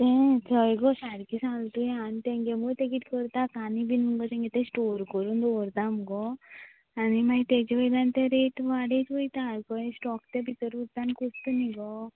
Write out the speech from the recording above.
तेंच हय गो सारकें सांगलें तुवें आनी तेंगे मगो ते कितें करता कांदे बी मुगो तेंगे ते स्टोर करून दवरता मगो आनी तेचे वयल्यान ते रेट वाडयत वयतात आनको हे स्टोक भितर उरता आनी कुसता न्ही गो